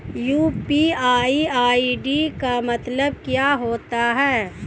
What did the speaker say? UPI ID का मतलब क्या होता है?